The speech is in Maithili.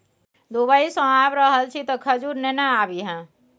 दुबई सँ आबि रहल छी तँ खजूर नेने आबिहे